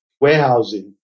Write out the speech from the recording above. warehousing